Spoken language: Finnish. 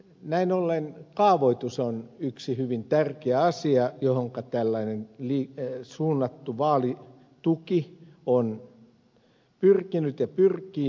näin ollen kaavoitus on yksi hyvin tärkeä asia johonka tällainen suunnattu vaalituki on pyrkinyt ja pyrkii